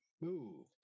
move